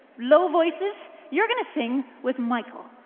low voices you're going to sing with michael.